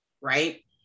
right